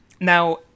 Now